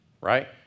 right